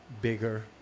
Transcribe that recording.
bigger